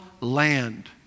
land